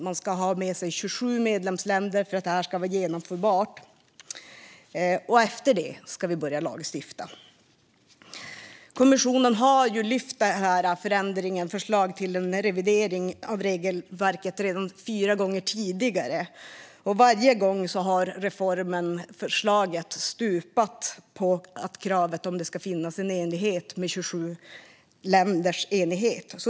Man ska ha med sig 27 medlemsländer för att det ska vara genomförbart, och efter det ska vi börja lagstifta. Kommissionen har redan fyra gånger tidigare lyft fram ett förslag till revidering av regelverket, och varje gång har förslaget stupat på kravet på 27 länders enighet.